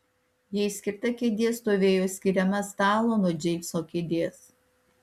jai skirta kėdė stovėjo skiriama stalo nuo džeimso kėdės